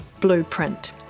blueprint